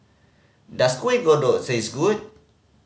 does Kuih Kodok taste good